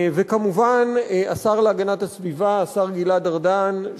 וכמובן השר להגנת הסביבה השר גלעד ארדן,